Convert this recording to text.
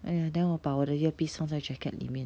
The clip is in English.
!aiya! then 我把我的 earpiece 放在 jacket 里面